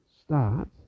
start